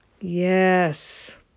Yes